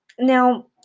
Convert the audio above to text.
Now